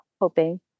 hoping